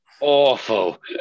awful